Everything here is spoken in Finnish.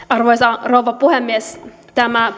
arvoisa rouva puhemies tämä